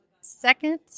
second